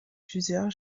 plusieurs